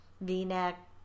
V-neck